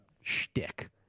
shtick